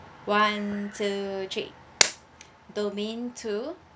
one two three domain two